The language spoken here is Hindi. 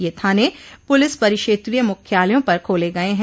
ये थाने पुलिस परिक्षेत्रीय मुख्यालयों पर खोले गये हैं